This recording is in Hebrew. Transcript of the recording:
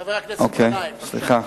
חבר הכנסת גנאים, בבקשה.